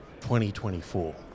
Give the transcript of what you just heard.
2024